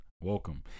welcome